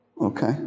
Okay